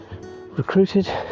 recruited